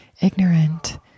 ignorant